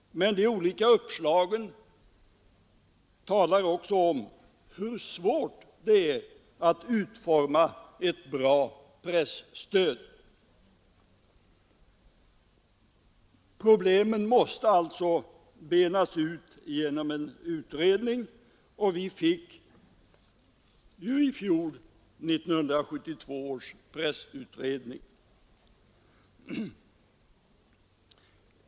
Men de olika uppslagen talar också om hur svårt det är att utforma ett bra presstöd. Problemen måste alltså benas ut genom en utredning, och vi fick ju i fjol 1972 års pressutredning.